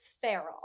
feral